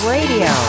Radio